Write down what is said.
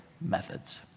methods